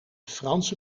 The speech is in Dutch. franse